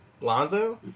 Lonzo